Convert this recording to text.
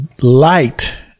light